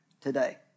today